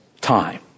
time